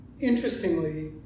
interestingly